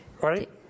Right